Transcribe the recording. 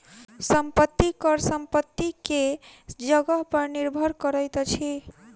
संपत्ति कर संपत्ति के जगह पर निर्भर करैत अछि